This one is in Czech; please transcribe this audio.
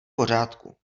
pořádku